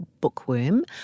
bookworm